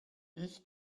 ich